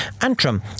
Antrim